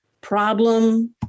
problem